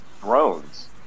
drones